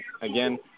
again